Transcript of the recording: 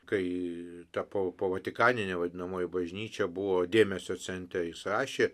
kai ta po po vatikaninė vadinamoji bažnyčia buvo dėmesio centre jis rašė